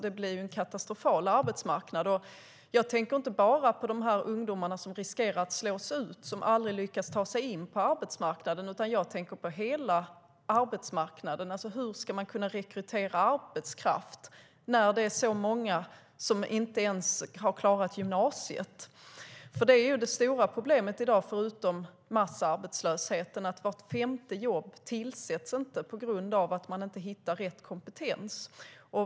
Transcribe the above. Det blir en katastrofal arbetsmarknad. Jag tänker inte bara på de ungdomar som riskerar att slås ut och som aldrig lyckas ta sig in på arbetsmarknaden, utan jag tänker på hela arbetsmarknaden. Hur ska man kunna rekrytera arbetskraft när det är så många som inte ens har klarat gymnasiet? Det stora problemet i dag, förutom massarbetslösheten, är att vart femte jobb inte tillsätts på grund av att man inte hittar rätt kompetens.